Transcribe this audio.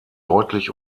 deutlich